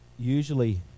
Usually